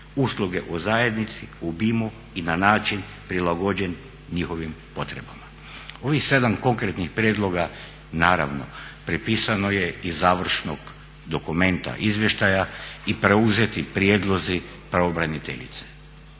usluge u zajednici, u obimu i na način prilagođen njihovim potrebama. Ovih sedam konkretnih prijedloga naravno prepisano je iz završnog dokumenta izvještaja i preuzeti prijedlozi pravobraniteljice.